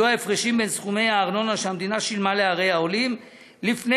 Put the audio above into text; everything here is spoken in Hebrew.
יהיו ההפרשים בין סכומי הארנונה שהמדינה שילמה לערי העולים לפני